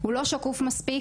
הוא לא שקוף מספיק,